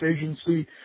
agency